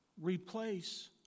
replace